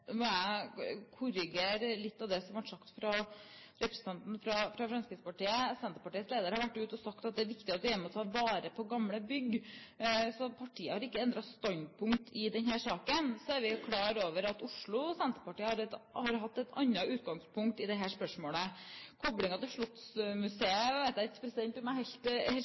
må korrigere litt av det som ble sagt av representanten fra Fremskrittspartiet. Senterpartiets leder har vært ute og sagt at det er viktig at vi er med på å ta vare på gamle bygg, så partiet har ikke endret standpunkt i denne saken. Vi er klar over at Oslo Senterparti har hatt et annet utgangspunkt i dette spørsmålet. Koblingen til slottsmuseet vet jeg ikke om jeg helt skjønte. Men det er viktig for Senterpartiet at